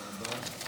תודה.